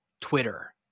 Twitter